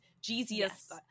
Jesus